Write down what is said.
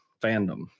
fandom